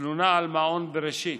תלונה על מעון בראשית,